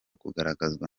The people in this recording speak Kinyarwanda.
kugaragazwa